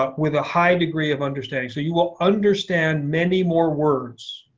ah with a high degree of understanding. so you will understand many more words.